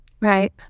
Right